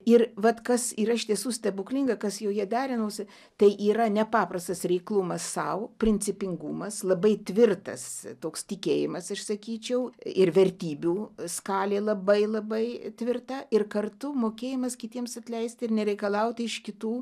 ir vat kas yra iš tiesų stebuklinga kas joje derinosi tai yra nepaprastas reiklumas sau principingumas labai tvirtas toks tikėjimasaš sakyčiau ir vertybių skalė labai labai tvirta ir kartu mokėjimas kitiems atleisti ir nereikalauti iš kitų